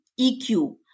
EQ